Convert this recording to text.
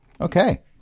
Okay